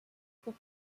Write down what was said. pour